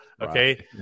okay